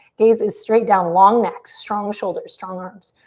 gaze is straight down, long neck. strong shoulders, strong arms.